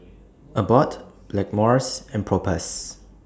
Abbott Blackmores and Propass